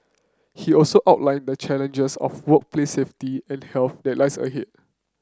he also outlined the challenges of workplace safety and health that lies ahead